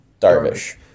Darvish